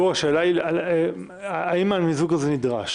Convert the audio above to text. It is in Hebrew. גור, השאלה היא האם המיזוג הזה נדרש?